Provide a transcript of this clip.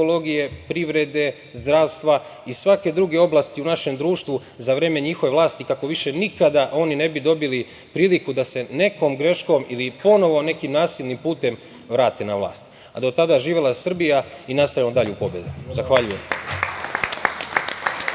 ekologije, privrede, zdravstva i svake druge oblasti u našem društvu za vreme njihove vlasti, kako više nikada oni ne bi dobili priliku da se nekom greškom ili ponovo nekim nasilnim putem vrate na vlast. Do tada, živela Srbija i nastavljamo dalje u pobedu. Hvala.